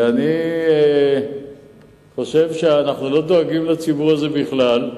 אני חושב שאנחנו לא דואגים לציבור הזה בכלל.